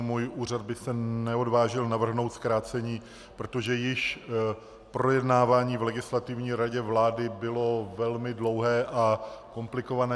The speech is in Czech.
Můj úřad by se neodvážil navrhnout zkrácení, protože již projednávání v Legislativní radě vlády bylo velmi dlouhé a komplikované.